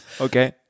Okay